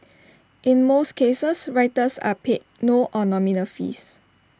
in most cases writers are paid no or nominal fees